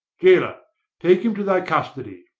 gaoler, take him to thy custody.